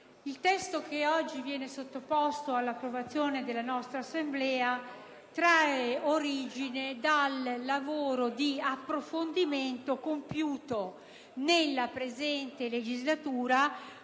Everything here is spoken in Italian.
il testo che oggi viene sottoposto all'approvazione della nostra Assemblea trae origine dal lavoro di approfondimento compiuto nella presente legislatura